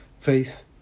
Faith